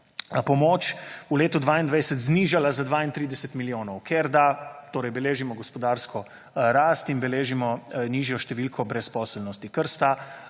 pomoč v letu 2022 znižala za 32 milijonov, ker da – torej beležimo gospodarsko rast in beležimo nižjo številko brezposelnosti, kar sta